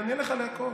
אני אענה לך על הכול.